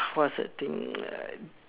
what's the thing like